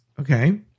Okay